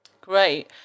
Great